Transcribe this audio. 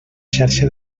xarxa